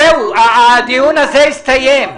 זהו, הדיון הזה הסתיים.